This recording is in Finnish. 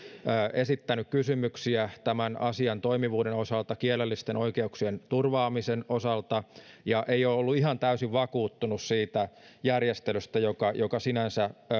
esittänyt kysymyksiä tämän asian toimivuuden osalta kielellisten oikeuksien turvaamisen osalta ja ei ole ollut ihan täysin vakuuttunut siitä järjestelystä joka joka sinänsä